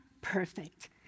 perfect